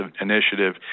initiative